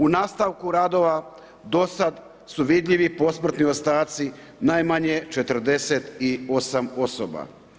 U nastavku radova, do sada su vidljivi posmrtni ostaci najmanje 48 osoba.